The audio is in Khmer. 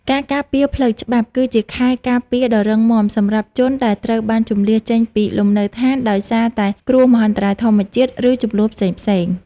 ការការពារផ្លូវច្បាប់ គឺជាខែលការពារដ៏រឹងមាំសម្រាប់ជនដែលត្រូវបានជម្លៀសចេញពីលំនៅឋានដោយសារតែគ្រោះមហន្តរាយធម្មជាតិ ឬជម្លោះផ្សេងៗ។